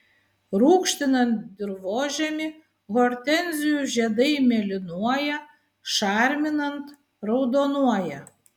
rūgštinant dirvožemį hortenzijų žiedai mėlynuoja šarminant raudonuoja